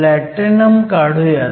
platinum काढुयात